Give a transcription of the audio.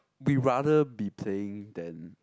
we rather be playing than